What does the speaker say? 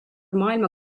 maailma